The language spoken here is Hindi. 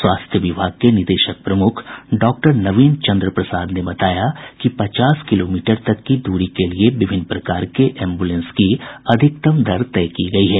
स्वास्थ्य विभाग के निदेशक प्रमुख डॉक्टर नवीन चन्द्र प्रसाद ने बताया कि पचास किलोमीटर तक की दूरी के लिए विभिन्न प्रकार के एम्बुलेंस की अधिकतम दर तय की गयी है